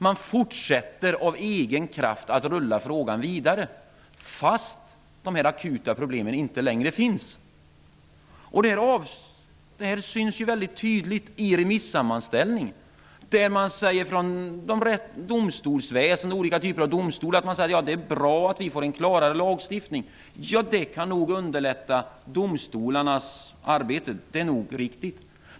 Man fortsätter av egen kraft att rulla frågan vidare, fast de akuta problemen inte längre finns. Detta syns mycket tydligt i remissammanställningen, där olika typer av domstolar säger att det är bra att de får en klarare lagstiftning. Ja, det är nog riktigt att domstolarnas arbete kan underlättas.